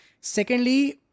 Secondly